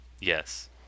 Yes